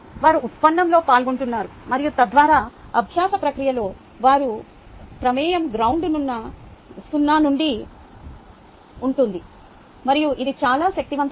వారు ఉత్పన్నంలో పాల్గొంటున్నారు మరియు తద్వారా అభ్యాస ప్రక్రియతో వారి ప్రమేయం గ్రౌండ్ సున్నా నుండి ఉంటుంది మరియు ఇది చాలా శక్తివంతమైనది